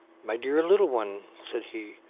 my dear little one, said he,